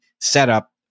setup